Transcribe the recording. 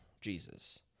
Jesus